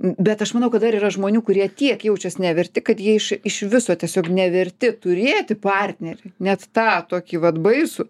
bet aš manau kad dar yra žmonių kurie tiek jaučias neverti kad jie iš iš viso tiesiog neverti turėti partnerį net tą tokį vat baisų